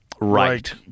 Right